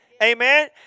Amen